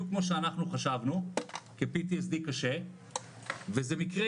כמו שאנחנו חשבנו כ-PTSD קשה וזה מקרה,